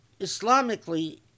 Islamically